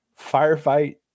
firefight